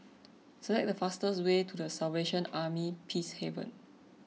select the fastest way to the Salvation Army Peacehaven